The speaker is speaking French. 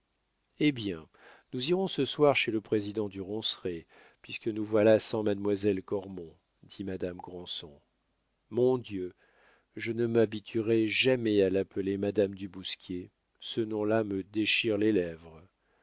eh bien nous irons ce soir chez le président du ronceret puisque nous voilà sans mademoiselle cormon dit madame granson mon dieu je ne m'habituerai jamais à l'appeler madame du bousquier ce nom-là me déchire